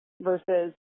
versus